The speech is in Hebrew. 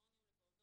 (3)מעון יום לפעוטות